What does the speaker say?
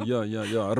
jo jo jo ar